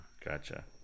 gotcha